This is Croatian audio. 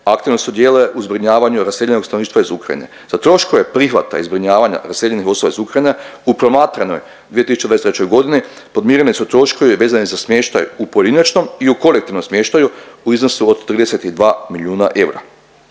aktivno sudjeluje u zbrinjavaju raseljenog stanovništva iz Ukrajine. Za troškove prihvata i zbrinjavanja raseljenih osoba iz Ukrajine u promatranoj 2023.g. podmireni su troškovi vezani za smještaj u pojedinačnom i u kolektivnom smještaju u iznosu od 32 milijuna eura.